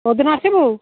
କେଉଁଦିନ ଆସିବୁ